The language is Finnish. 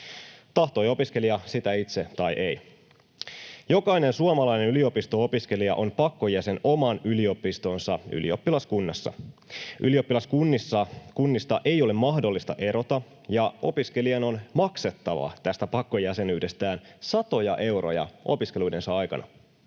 ryhmästä: Sairasta!] Jokainen suomalainen yliopisto-opiskelija on pakkojäsen oman yliopistonsa ylioppilaskunnassa. Ylioppilaskunnista ei ole mahdollista erota, ja opiskelijan on maksettava tästä pakkojäsenyydestään satoja euroja opiskeluidensa aikana.